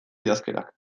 idazkerak